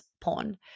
porn